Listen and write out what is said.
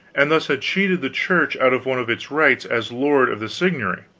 and thus had cheated the church out of one of its rights as lord of the seigniory